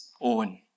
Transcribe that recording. own